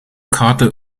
karte